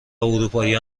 اروپایی